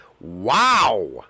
Wow